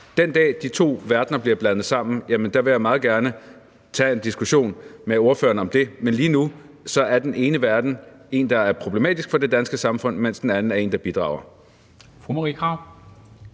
Den dag, de to verdener bliver blandet sammen, vil jeg meget gerne tage en diskussion med ordføreren om det, men lige nu er den ene verden en, der er problematisk for det danske samfund, mens den anden er en, der bidrager.